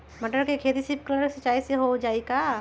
मटर के खेती स्प्रिंकलर सिंचाई से हो जाई का?